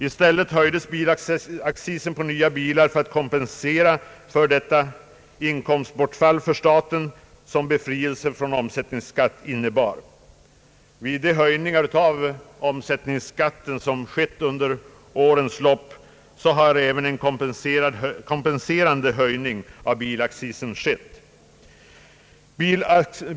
I stället höjdes bilaccisen på nya bilar för att kompensera det inkomstbortfall för staten som befrielse från omsättningsskatt innebar. Vid de höjningar av omsen som skett under årens lopp har även en kompenserande höjning av bilaccisen skett.